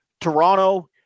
Toronto